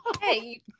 Hey